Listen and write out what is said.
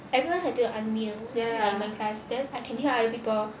everyone have to unmute then I can hear other people lor